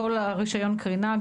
כל רישיון הקרינה,